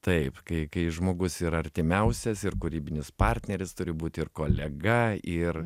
taip kai kai žmogus yra artimiausias ir kūrybinis partneris turi būt ir kolega ir